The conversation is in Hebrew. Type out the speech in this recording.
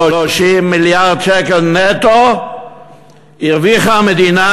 30 מיליארד שקלים נטו הרוויחה המדינה